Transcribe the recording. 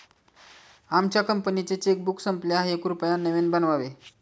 आमच्या कंपनीचे चेकबुक संपले आहे, कृपया नवीन बनवावे